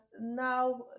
now